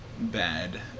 bad